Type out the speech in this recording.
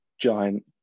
giant